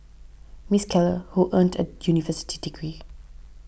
Miss Keller who earned a university degree